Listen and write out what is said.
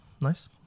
nice